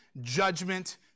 judgment